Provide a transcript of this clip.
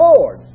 Lord